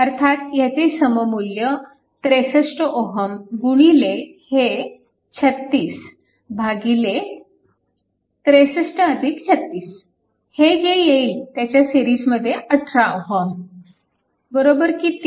अर्थात ह्याचे सममुल्य 63 Ω गुणिले हे 36 भागिले 6336 हे जे येईल त्याच्या सिरीजमध्ये 18 Ω किती